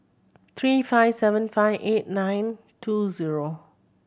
three five seven five eight nine two zero